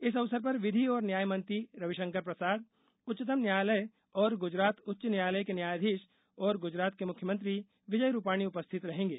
इस अवसर पर विधि और न्याय मंत्री रविशंकर प्रसाद उच्चतम न्यायालय और गुजरात उच्च न्यायालय के न्यायाधीश और गुजरात के मुख्यमंत्री विजय रूपाणी उपस्थित रहेंगे